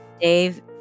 Dave